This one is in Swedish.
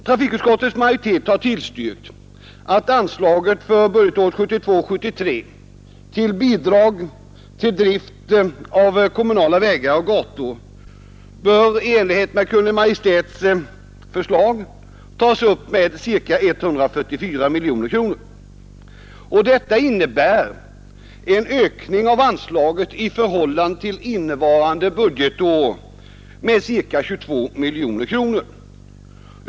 Trafikutskottet har tillstyrkt att riksdagen i enlighet med Kungl. Maj:ts förslag till Bidrag till drift av kommunala vägar och gator för budgetåret 1972/73 anvisar ca 144 miljoner kronor. Detta innebär en ökning av anslaget i förhållande till innevarande budgetår med ca 22 miljoner kronor.